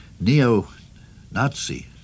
neo-Nazi